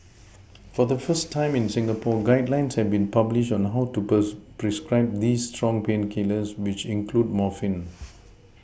for the first time in Singapore guidelines have been published on how to prescribe these strong painkillers which include morphine